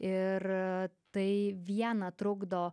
ir tai viena trukdo